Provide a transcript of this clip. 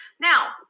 Now